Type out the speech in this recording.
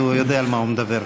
אז הוא יודע על מה הוא מדבר.